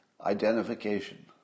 identification